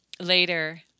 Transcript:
Later